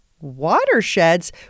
Watersheds